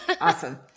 Awesome